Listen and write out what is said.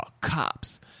cops